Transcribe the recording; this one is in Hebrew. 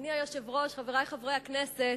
אדוני היושב-ראש, חברי חברי הכנסת,